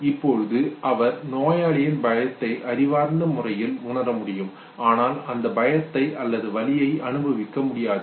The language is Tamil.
இப்போது அவர் நோயாளியின் பயத்தை அறிவார்ந்த முறையில் உணர முடியும் ஆனால் அந்த பயத்தை அல்லது வலியை அனுபவிக்க முடியாது